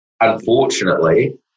Unfortunately